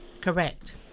Correct